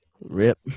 Rip